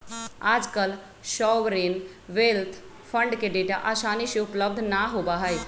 आजकल sovereign wealth fund के data आसानी से उपलब्ध ना होबा हई